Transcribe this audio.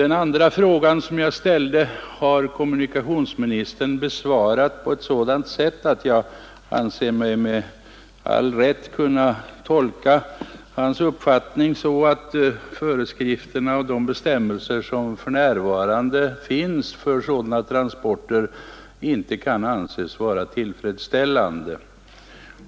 Den andra frågan som jag ställde har kommunikationsministern besvarat på ett sådant sätt att jag anser mig med all rätt kunna tolka hans uppfattning så att de bestämmelser som för närvarande finns för dylika transporter inte kan anses vara tillfredsställande.